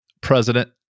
President